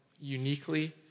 uniquely